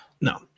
No